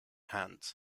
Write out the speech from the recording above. hands